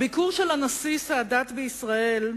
הביקור של הנשיא סאדאת בישראל,